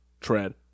tread